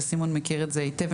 וסימון מכיר את זה היטב,